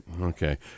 Okay